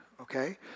okay